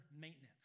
maintenance